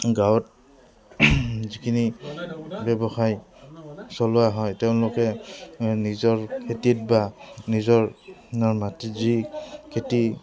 গাঁৱত যিখিনি ব্যৱসায় চলোৱা হয় তেওঁলোকে নিজৰ খেতিত বা নিজৰ মাটিত যি খেতি